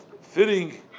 fitting